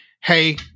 hey